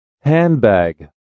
Handbag